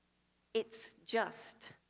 it's just.